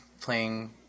playing